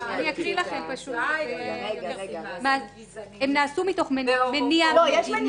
אידיאולוגי או --- אני אקריא לכם פשוט: "הם נעשו מתוך מניע מדיני,